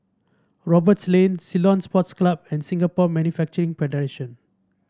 Roberts Lane Ceylon Sports Club and Singapore Manufacturing Federation